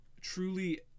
truly